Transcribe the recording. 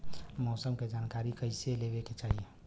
मौसम के जानकारी कईसे लेवे के चाही?